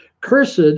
Cursed